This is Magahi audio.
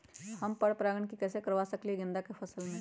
हम पर पारगन कैसे करवा सकली ह गेंदा के फसल में?